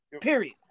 period